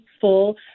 full